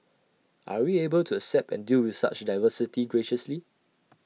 are we able to accept and deal with such diversity graciously